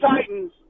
Titans